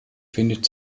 findet